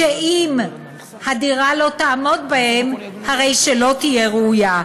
שאם הדירה לא תעמוד בהם, הרי שלא תהיה ראויה.